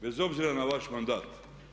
Bez obzira na vaš mandat.